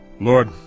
Lord